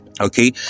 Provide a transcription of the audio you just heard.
Okay